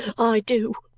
i do!